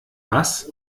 was